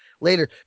later